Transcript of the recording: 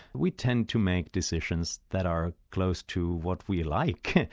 we tend to make decisions that are close to what we like,